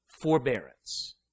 forbearance